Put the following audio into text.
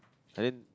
I mean